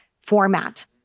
format